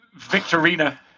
victorina